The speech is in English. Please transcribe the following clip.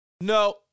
No